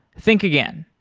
think again.